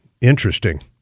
Interesting